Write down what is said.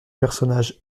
personnages